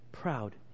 proud